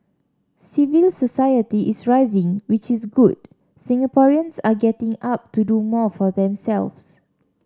civil society is rising which is good Singaporeans are getting up to do more for themselves